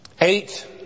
Eight